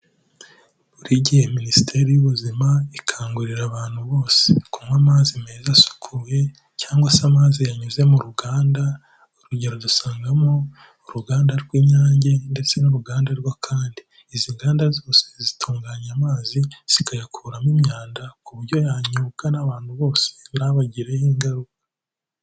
Buri gihe minisiteri y'ubuzima ikangurira abantu bose kunywa amazi meza asukuye cyangwa se amazi yanyuze mu ruganda, urugero dusangamo uruganda rw'Inyange ndetse n'uruganda rw'Akandi. Izi nganda zose zitunganya amazi, zikayakuramo imyanda ku buryo yanyobwa n'abantu bose ntabagireho ingaruka.